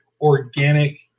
organic